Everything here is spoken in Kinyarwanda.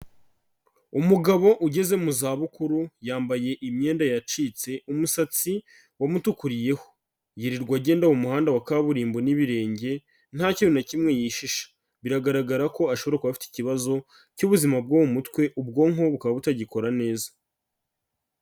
Umugabo ugeze mu zabukuru yambaye imyenda yacitse umusatsi wamutukuriyeho, yirirwa agenda mu muhanda wa kaburimbo n'ibirenge nta kintu na kimwe yishisha, biragaragara ko ashobora kuba afite ikibazo cy'ubuzima bwo mu mutwe ubwonko bukaba butagikora neza.